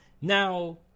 Now